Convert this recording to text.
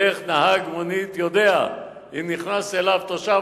איך נהג מונית יודע אם נכנס אליו תושב